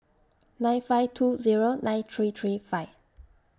nine five two Zero nine three three five